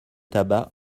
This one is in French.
tabac